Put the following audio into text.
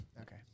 Okay